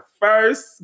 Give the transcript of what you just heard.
first